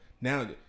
Now